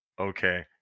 Okay